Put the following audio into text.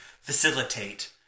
facilitate